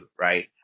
right